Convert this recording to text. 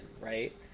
right